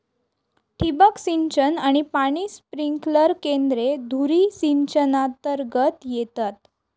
ठिबक सिंचन आणि पाणी स्प्रिंकलर केंद्रे धुरी सिंचनातर्गत येतात